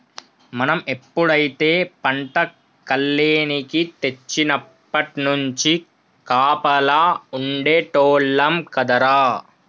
మనం ఎప్పుడైతే పంట కల్లేనికి తెచ్చినప్పట్నుంచి కాపలా ఉండేటోల్లం కదరా